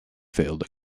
failed